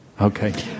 Okay